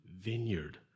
Vineyard